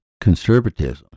conservatism